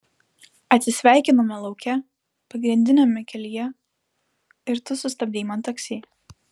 atsisveikinome lauke pagrindiniame kelyje ir tu sustabdei man taksi